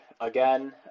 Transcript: again